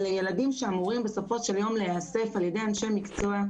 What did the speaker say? אלה ילדים שאמורים בסוף היום להיאסף על ידי אנשי מקצוע,